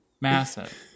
Massive